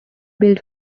built